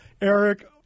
Eric